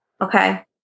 okay